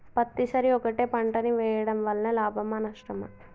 పత్తి సరి ఒకటే పంట ని వేయడం వలన లాభమా నష్టమా?